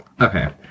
Okay